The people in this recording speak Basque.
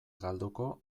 galduko